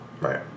Right